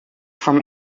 from